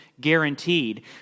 guaranteed